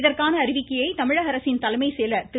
இதற்கான அறிவிக்கையை தமிழக அரசின் தலைமை செயலர் திரு